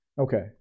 Okay